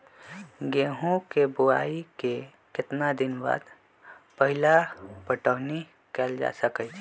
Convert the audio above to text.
गेंहू के बोआई के केतना दिन बाद पहिला पटौनी कैल जा सकैछि?